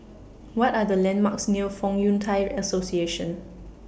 What Are The landmarks near Fong Yun Thai Association